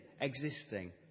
existing